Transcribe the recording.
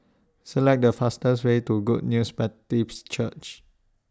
Select The fastest Way to Good News Baptist Church